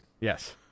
Yes